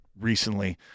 recently